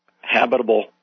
habitable